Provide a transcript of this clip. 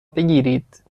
بگیرید